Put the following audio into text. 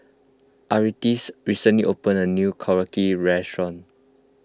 Artis recently opened a new Korokke restaurant